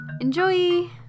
Enjoy